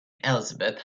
elizabeth